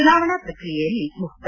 ಚುನಾವಣಾ ಪ್ರಕ್ರಿಯೆಯಲ್ಲಿ ಮುಕ್ತ